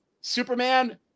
Superman